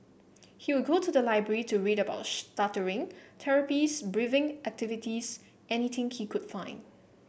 he would go to the library to read about stuttering therapies breathing activities anything he could find